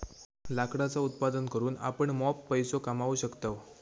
लाकडाचा उत्पादन करून आपण मॉप पैसो कमावू शकतव